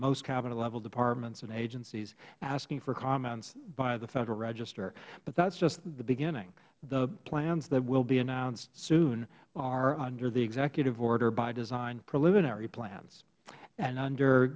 most cabinet level departments and agencies asking for comments by the federal register but that is just the beginning the plans that will be announced soon are under the executive order by design preliminary plans and under